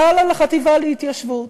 חל על החטיבה להתיישבות.